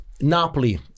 Napoli